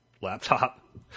laptop